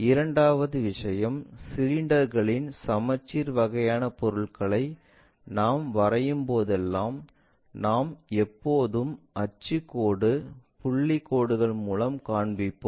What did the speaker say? இரண்டாவது விஷயம் சிலிண்டர்களின் சமச்சீர் வகையான பொருள்களை நாம் வரையும்போதெல்லாம் நாம் எப்போதும் அச்சு கோடு புள்ளி கோடுகள் மூலம் காண்பிப்போம்